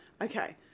Okay